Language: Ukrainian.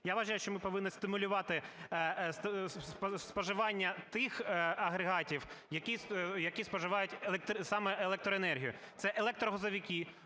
я вважаю, що ми повинні стимулювати споживання тих агрегатів, які споживають саме електроенергію, - це електрогазовики.